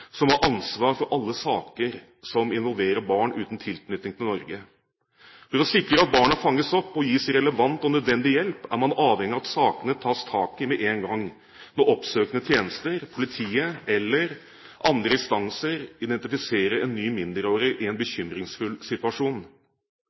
som har ansvar for alle saker som involverer barn uten tilknytning til Norge. For å sikre at barna fanges opp og gis relevant og nødvendig hjelp, er man avhengig av at sakene tas tak i med en gang, når oppsøkende tjenester, politiet eller andre instanser identifiserer en ny mindreårig i en